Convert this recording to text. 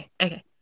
Okay